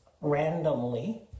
randomly